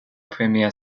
première